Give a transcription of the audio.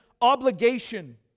obligation